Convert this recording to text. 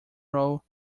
role